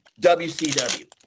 WCW